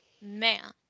man